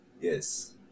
Yes